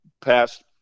past